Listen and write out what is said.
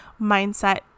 mindset